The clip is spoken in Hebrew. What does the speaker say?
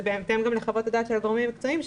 זה גם בהתאם לחוות הדעת של הגורמים המקצועיים,